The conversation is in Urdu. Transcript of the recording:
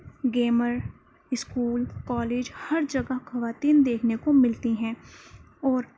گیمر اسکول کالج ہر جگہ خواتین دیکھنے کو ملتی ہیں اور